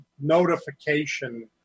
notification